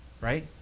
Right